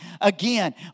Again